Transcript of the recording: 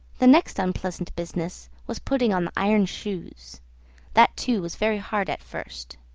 the next unpleasant business was putting on the iron shoes that too was very hard at first.